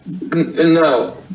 No